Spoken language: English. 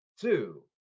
two